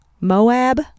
Moab